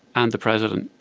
and the president,